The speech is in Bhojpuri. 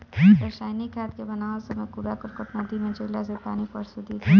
रासायनिक खाद के बनावत समय कूड़ा करकट नदी में जईला से पानी प्रदूषित होला